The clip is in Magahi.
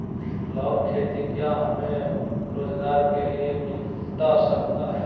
लोन खेती क्या हमें रोजगार के लिए मिलता सकता है?